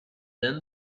then